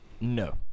no